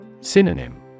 Synonym